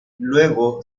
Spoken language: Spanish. luego